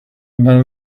none